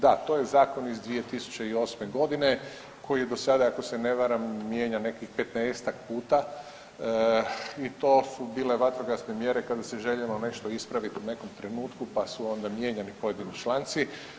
Da, to je zakon iz 2008. godine koji je do sada ako se ne varam mijenjao nekakvih petnaestak puta i to su bile vatrogasne mjere kada se željelo ispraviti u nekom trenutku, pa su onda mijenjani pojedini članci.